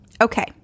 okay